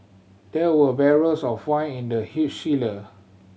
there were barrels of wine in the huge cellar